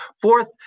Fourth